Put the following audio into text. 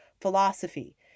philosophy